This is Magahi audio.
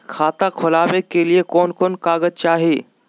खाता खोलाबे के लिए कौन कौन कागज चाही?